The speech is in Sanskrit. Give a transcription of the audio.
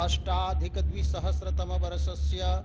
अष्टाधिकद्विसहस्त्रतमवर्षस्य